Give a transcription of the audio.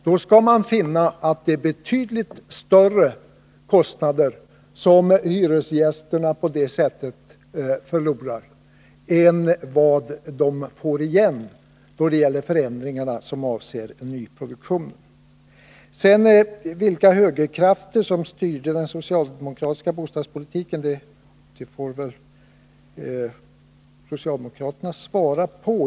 Vi finner då att det är betydligt större pengar som hyresgästerna förlorar än vad de får igen på de förändringar som avser nyproduktionen. Frågan om vilka högerkrafter det var som styrde den socialdemokratiska bostadspolitiken får väl socialdemokraterna svara på.